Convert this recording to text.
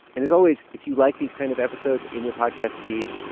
and as always, if you like these kind of episodes in your podcast feed,